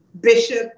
Bishop